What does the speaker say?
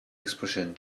expression